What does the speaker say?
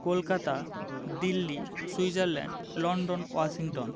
Kolkata Delhi Switzerland London Washington